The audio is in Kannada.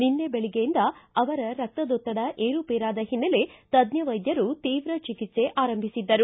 ನಿನ್ನೆ ಬೆಳಗ್ಗೆಯಿಂದ ಅವರ ರಕ್ತದೊತ್ತಡ ಏರುಪೇರಾದ ಹಿನ್ನೆಲೆ ತಜ್ಞ ವೈದ್ಯರು ತೀವ್ರ ಚಿಕಿತ್ಸೆ ಆರಂಭಿಸಿದ್ದರು